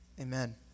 Amen